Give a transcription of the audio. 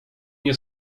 nie